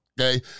okay